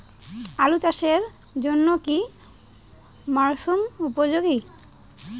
আলু চাষের জন্য কি মরসুম উপযোগী?